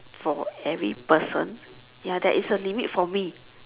for every person ya there is a limit for me